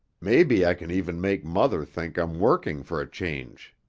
maybe i can even make mother think i'm working for a change.